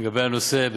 לגבי הנושא.